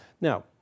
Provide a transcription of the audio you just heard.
now